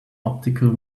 optical